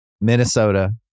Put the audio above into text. Minnesota